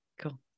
Cool